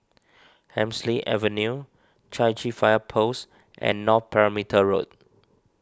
Hemsley Avenue Chai Chee Fire Post and North Perimeter Road